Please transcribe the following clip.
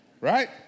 Right